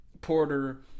Porter